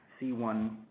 C1